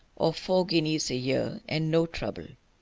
or four guineas a year, and no trouble.